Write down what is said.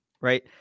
right